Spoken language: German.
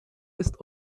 ist